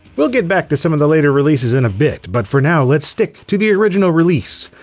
we'll get back to some of the later releases in a bit, but for now let's stick to the original release.